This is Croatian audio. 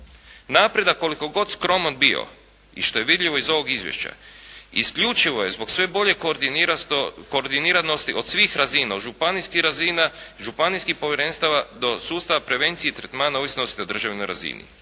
Napredak koliko god skroman bio i što je vidljivo iz ovog izvješća isključivo je zbog što bolje koordiniranosti od svih razina, od županijskih razina, županijskih povjerenstava do sustava prevencije i tretmana ovisnosti na državnoj razini.